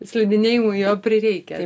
slidinėjimui jo prireikia